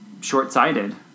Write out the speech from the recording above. short-sighted